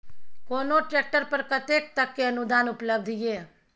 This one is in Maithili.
कोनो ट्रैक्टर पर कतेक तक के अनुदान उपलब्ध ये?